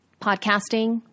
podcasting